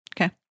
Okay